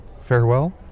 farewell